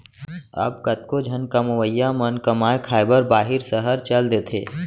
अब कतको झन कमवइया मन कमाए खाए बर बाहिर सहर चल देथे